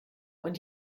und